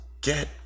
get